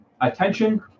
Attention